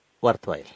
worthwhile